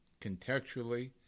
contextually